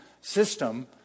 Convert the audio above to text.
system